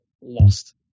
lost